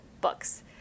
books